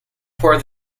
pour